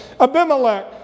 Abimelech